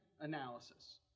analysis